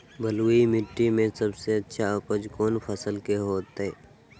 बलुई मिट्टी में सबसे अच्छा उपज कौन फसल के होतय?